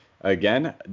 Again